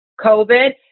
COVID